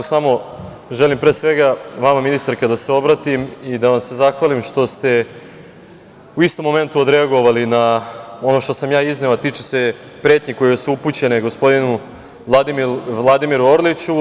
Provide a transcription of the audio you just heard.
Samo želim pre svega vama ministarka da se obratim i da vam se zahvalim što ste u istom momentu odreagovali na ono što sam ja izneo, a tiče se pretnje koje su upućene gospodinu Vladimiru Orliću.